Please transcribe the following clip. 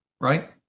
right